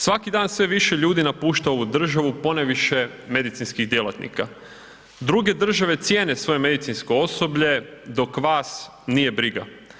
Svaki dan sve više ljudi napušta ovu državu, ponajviše medicinskih djelatnika, druge države cijene svoje medicinsko osoblje, dok vas nije briga.